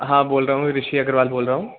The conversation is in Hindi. हाँ बोल रहा हूँ ऋषि अग्रवाल बोल रहा हूँ